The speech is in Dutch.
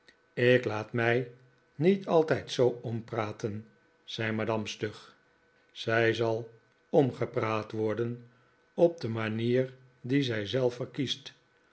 ik laat mij niet altijd zoo ompraten zei madame stug zij zal omgepraat worden op de manier die zij zelf verkiest